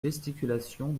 gesticulations